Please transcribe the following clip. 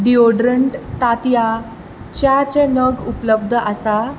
deodorant तांतयां च्या चे नग उपलब्ध आसा